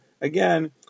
again